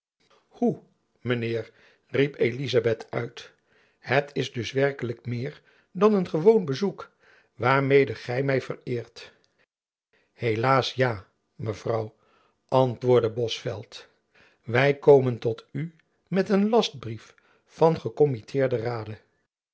hoe mijn heer riep elizabeth uit het is dus werkelijk meer dan een gewoon bezoek waarmede gy my vereert helaas ja mevrouw antwoordde bosveldt wy komen tot u met een lastbrief van gekommitteerde raden